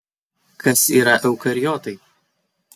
kas yra eukariotai